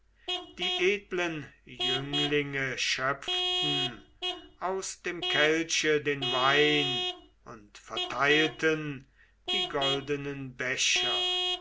die edlen jünglinge schöpften aus dem kelche den wein und verteilten die goldenen becher